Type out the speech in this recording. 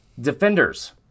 Defenders